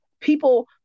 People